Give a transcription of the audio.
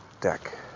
deck